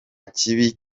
kibi